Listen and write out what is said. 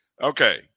Okay